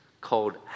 called